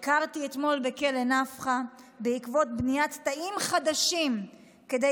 'ביקרתי אתמול בכלא נפחא בעקבות בניית תאים חדשים כדי